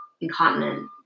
incontinent